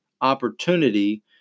opportunity